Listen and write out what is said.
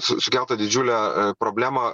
sukeltą didžiulę problemą